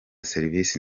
serivisi